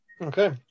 okay